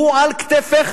הוא על כתפיך.